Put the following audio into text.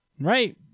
Right